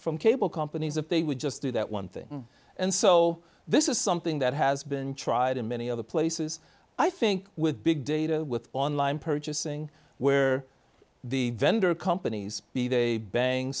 from cable companies if they would just do that one thing and so this is something that has been tried in many other places i think with big data with online purchasing where the vendor companies